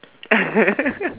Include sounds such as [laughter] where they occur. [laughs]